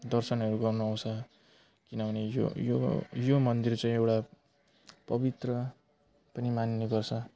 दर्शनहरू गर्न आउँछ किनभने यो यो यो मन्दिर चाहिँ एउटा पवित्र पनि मान्ने गर्छ